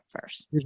first